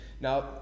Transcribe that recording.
Now